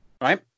Right